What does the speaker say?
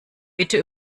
bitte